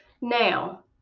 Now